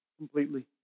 completely